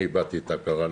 אני איבדתי את ההכרה.